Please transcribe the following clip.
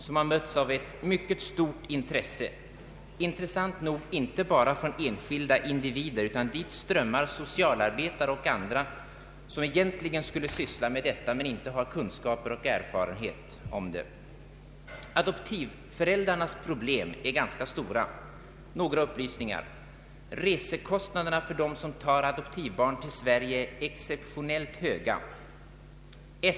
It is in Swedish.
Den har mötts av ett mycket stort intresse inte enbart från enskilda individer, utan dit har också strömmat socialarbetare och andra som inte har kunskaper och erfarenheter på detta fält. Adoptivföräldrarnas problem är ganska stora. Några upplysningar: Resekostnaderna för dem som tar adoptivbarn till Sverige är exceptionellt höga.